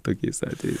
tokiais atvejais